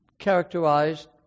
characterized